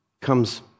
comes